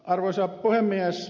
arvoisa puhemies